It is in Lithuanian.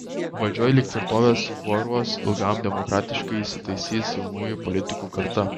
valdžioj lyg tvirtovės kuoruos ilgam demokratiškai įsitaisys jaunųjų politikų karta